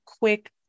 quick